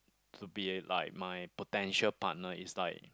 to be like my potential partner it's like